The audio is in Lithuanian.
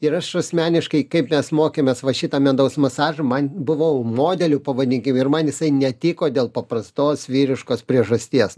ir aš asmeniškai kaip mes mokėmės va šitą medaus masažą man buvau modeliu pavadinkim ir man jisai netiko dėl paprastos vyriškos priežasties